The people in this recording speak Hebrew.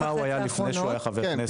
תבדקי מה הוא היה לפני שהוא היה חבר כנסת.